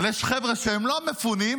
אבל יש חבר'ה שהם לא מפונים,